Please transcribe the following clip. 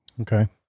Okay